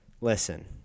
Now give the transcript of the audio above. listen